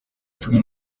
cumi